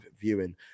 viewing